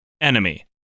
enemy